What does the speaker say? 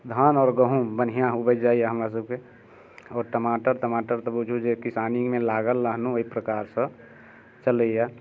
धान आओर गहुम बन्हिआँ उपजि जाइए हमरा सभके आओर टमाटर तमाटर तऽ बुझु जे किसानीमे लागल रहनौ ओइ प्रकारसँ चलैए